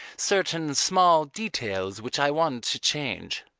certain small details which i want to change.